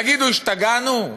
תגידו, השתגענו?